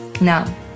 Now